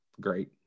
great